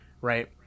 right